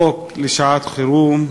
חוק לשעת-חירום,